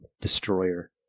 destroyer